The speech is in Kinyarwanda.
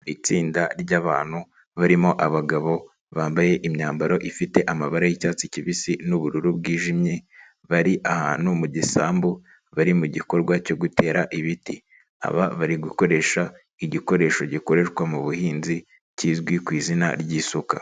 Itsinda ry'abantu barimo abagabo bambaye imyambaro ifite amabara y'icyatsi kibisi n'ubururu bwijimye, bari ahantu mu gisambu bari mu gikorwa cyo gutera ibiti, aba bari gukoresha igikoresho gikoreshwa mu buhinzi, kizwi ku izina ry'isuka.